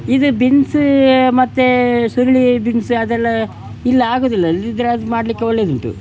ಇದು ಬಿನ್ಸ್ ಮತ್ತು ಸುರುಳಿ ಬಿನ್ಸ್ ಅದೆಲ್ಲ ಇಲ್ಲಿ ಆಗುವುದಿಲ್ಲ ಇಲ್ಲದಿದ್ರೆ ಅದು ಮಾಡಲಿಕ್ಕೆ ಒಳ್ಳೆಯದುಂಟು